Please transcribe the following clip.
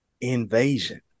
invasion